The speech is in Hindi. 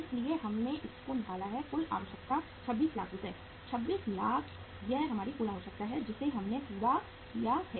इसलिए हमने इसको निकाला है कुल आवश्यकता 26 लाख रुपये है 26 लाख यह हमारी कुल आवश्यकता है जिसे हमने पूरा किया है